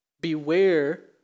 Beware